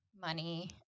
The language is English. money